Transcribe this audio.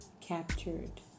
captured